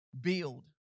build